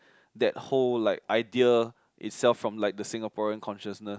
that whole like idea itself from like the Singaporean consciousness